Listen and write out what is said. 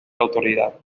autoridad